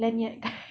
lanyard